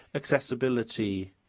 accessibility